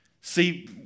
See